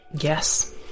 Yes